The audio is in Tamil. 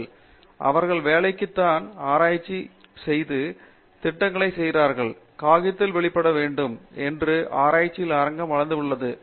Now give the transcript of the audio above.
அவர்கள் ஆசிரியர்களாக இருக்கிறார்கள் அவர்கள் கற்பிக்க வேண்டிய அவசியமில்லை அவர்கள் வேலைக்குத் தான் ஆராய்ச்சி செய்து திட்டங்களைப் பெறுகிறார்கள் காகிதத்தில் வெளியிட வேண்டும் என்று ஆராய்ச்சியில் அரங்கம் வளர்ந்துள்ளது